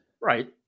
Right